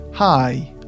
Hi